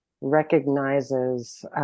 recognizes